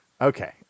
Okay